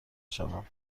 شوم